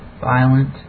violent